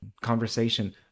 conversation